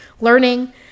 learning